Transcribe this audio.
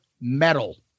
metal